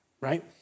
Right